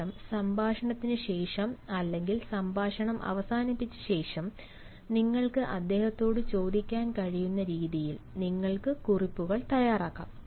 പകരം സംഭാഷണത്തിന് ശേഷം അല്ലെങ്കിൽ പ്രഭാഷണം അവസാനിച്ച ശേഷം നിങ്ങൾക്ക് അദ്ദേഹത്തോട് ചോദിക്കാൻ കഴിയുന്ന രീതിയിൽ നിങ്ങൾക്ക് കുറിപ്പുകൾ തയ്യാറാക്കാം